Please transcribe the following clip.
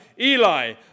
Eli